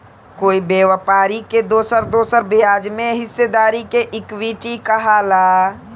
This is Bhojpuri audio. कोई व्यापारी के दोसर दोसर ब्याज में हिस्सेदारी के इक्विटी कहाला